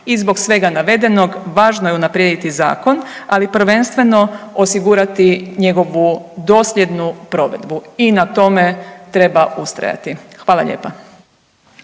I zbog svega navedenog važno je unaprijediti zakon, ali prvenstveno osigurati njegovu dosljednju provedbu i na tome treba ustrajati. Hvala lijepa.